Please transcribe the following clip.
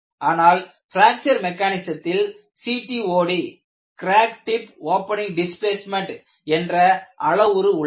ஆனால் பிராக்சர் மெக்கானிசத்தில் CTOD crack tip opening displacement என்ற அளவுரு உள்ளது